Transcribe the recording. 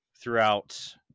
throughout